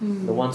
mm